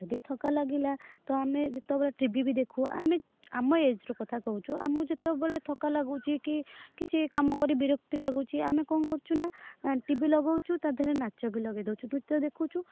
ଯଦି ଥକ୍କା ଲାଗିଲା ତ ଆମେ ଯେତେବେଳେ ଟିଭି ବି ଦେଖୁ ଆମେ ଆମ ଏଜ୍ର କଥା କହୁଛୁ ଆମକୁ ଯେତେବେଳେ ଥକ୍କା ଲାଗୁଛି କି କିଛି କାମ କରି ବିରକ୍ତି ଲାଗୁଛି ଆମେ କ'ଣ କରୁଛୁ ନା ଟିଭି ଲଗାଉଛୁ ତା'ଦେହରେ ନାଚ ବି ଲଗାଇ ଦେଉଛୁ ନୃତ୍ୟ ଦେଖୁଛୁ